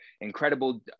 incredible